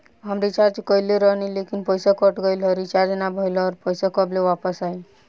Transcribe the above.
हम रीचार्ज कईले रहनी ह लेकिन पईसा कट गएल ह रीचार्ज ना भइल ह और पईसा कब ले आईवापस?